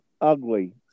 ugly